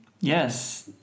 Yes